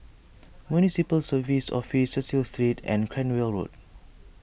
Municipal Services Office Cecil Street and Cranwell Road